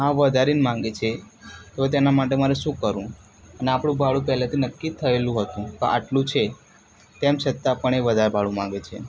હા વધારે જ માગે છે હવે તેના માટે મારે શું કરવું અને આપણું ભાડું પહેલેથી જ નક્કી જ થયેલું હતું તો આટલું છે તેમ છતાં પણ એ વધારે ભાડું માગે છે